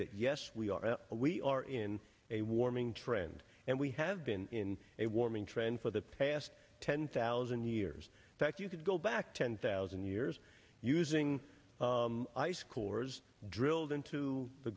that yes we are we are in a warming trend and we have been a warming trend for the past ten thousand years that you could go back ten thousand years using ice cores drilled into the